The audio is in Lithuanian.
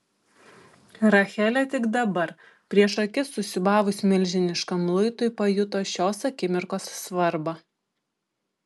rachelė tik dabar prieš akis susiūbavus milžiniškam luitui pajuto šios akimirkos svarbą